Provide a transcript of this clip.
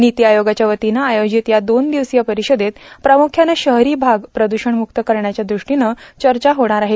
नीती आयोगाच्या वतीनं आयोजित या दोन दिवसीय परिषदेत प्रामुख्यानं शहरी भाग प्रदूषणमुक्त करण्याच्या दुष्टीनं चर्चा होणार आहे